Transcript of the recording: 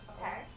okay